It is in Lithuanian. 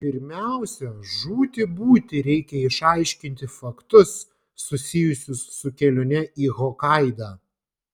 pirmiausia žūti būti reikia išaiškinti faktus susijusius su kelione į hokaidą